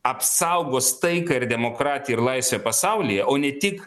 apsaugos taiką ir demokratiją ir laisvę pasaulyje o ne tik